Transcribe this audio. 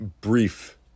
brief